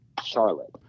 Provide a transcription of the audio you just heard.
Charlotte